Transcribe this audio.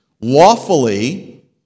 lawfully